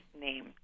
name